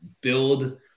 build